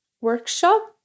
workshop